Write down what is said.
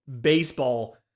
baseball